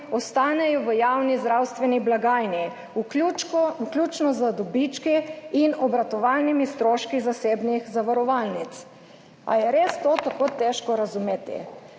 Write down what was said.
ostanejo v javni zdravstveni blagajni, vključno z dobički in obratovalnimi stroški zasebnih zavarovalnic. Ali je res to tako težko razumeti?